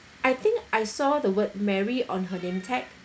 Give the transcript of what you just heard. I think I saw the word mary on her name tag